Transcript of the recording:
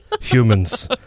humans